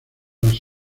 las